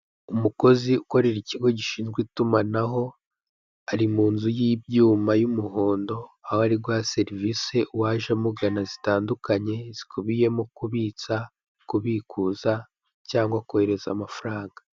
Umukozi ukorera ikigo gishinzwe itumanaho ari mu nzu y'ibyuma y'umuhondo, aho ari guha serivisi uwaje amugana zitandukanye, zikubiyemo kubitsa, kubikuza cyangwa kohereza amafaranga.